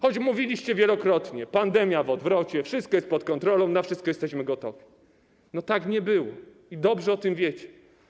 Choć mówiliście wielokrotnie: pandemia w odwrocie, wszystko jest pod kontrolą, na wszystko jesteśmy gotowi, to tak nie było i dobrze o tym wiecie.